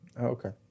Okay